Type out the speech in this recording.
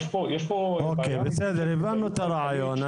יש פה בעיה --- בסדר, הבנו את הרעיון.